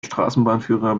straßenbahnführer